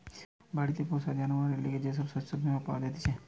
বাড়িতে পোষা জানোয়ারদের লিগে যে সব বীমা পাওয়া জাতিছে